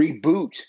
reboot